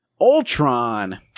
Ultron